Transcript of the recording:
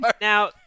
now